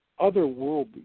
otherworldly